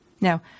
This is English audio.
Now